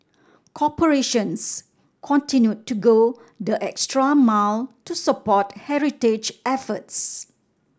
corporations continued to go the extra mile to support heritage efforts